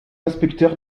inspecteur